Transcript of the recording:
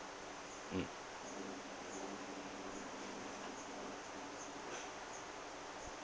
mm